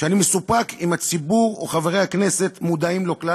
ואני מסופק אם הציבור או חברי כנסת מודעים לו בכלל,